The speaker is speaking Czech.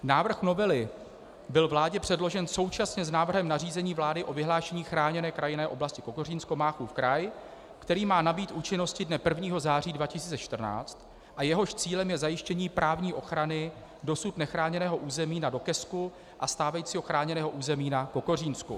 Návrh novely byl vládě předložen současně s návrhem nařízení vlády o vyhlášení Chráněné krajinné oblasti Kokořínsko Máchův kraj, který má nabýt účinnosti dne 1. září 2014 a jehož cílem je zajištění právní ochrany dosud nechráněného území na Dokesku a stávajícího chráněného území na Kokořínsku.